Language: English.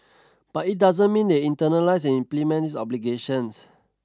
but it doesn't mean they internalise and implement these obligations